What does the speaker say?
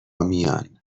میان